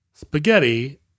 Spaghetti